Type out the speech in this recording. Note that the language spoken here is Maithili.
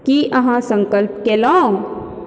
की अहाँ संकल्प केलहुँ